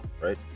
right